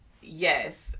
yes